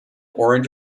orange